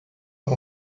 por